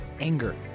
anger